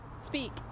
speak